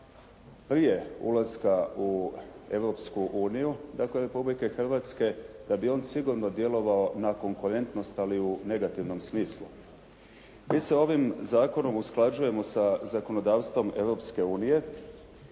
prije ulaska u Europsku uniju dakle Republike Hrvatske, da bi on sigurno djelovao na konkurentnost ali u negativnom smislu. Mi se ovim zakonom usklađujemo sa zakonodavstvom